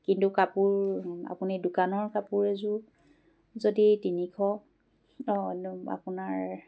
কিন্তু কাপোৰ আপুনি দোকানৰ কাপোৰ এযোৰ যদি তিনিশ আপোনাৰ